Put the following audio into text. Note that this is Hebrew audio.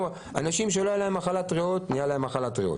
אנשים שלא הייתה להם מחלת ריאות, חטפו מחלת ריאות,